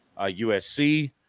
USC